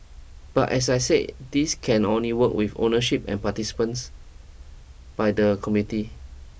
but as I said this can only work with ownership and participants by the committee